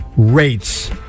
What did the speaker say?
Rates